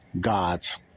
God's